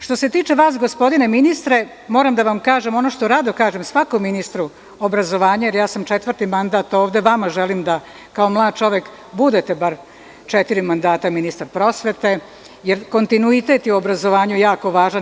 Što se tiče vas, gospodine ministre, moram da vam kažem ono što rado kažem svakom ministru obrazovanja, jer ja sam ovde četvrti mandat ovde, kao što i vama želim da kao mlad čovek budete bar četiri mandata ministar prosvete, jer kontinuitet u obrazovanju je jako važan.